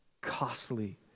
costly